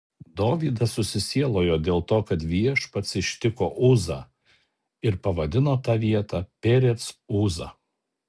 dovydas susisielojo dėl to kad viešpats ištiko uzą ir pavadino tą vietą perec uza